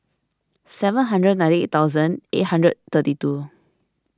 seven hundred ninety eight thousand eight hundred thirty two